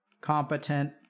competent